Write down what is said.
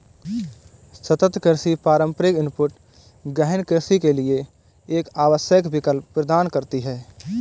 सतत कृषि पारंपरिक इनपुट गहन कृषि के लिए एक आवश्यक विकल्प प्रदान करती है